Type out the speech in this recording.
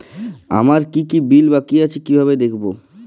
আমার কি কি বিল বাকী আছে কিভাবে দেখবো?